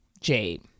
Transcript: jade